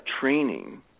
training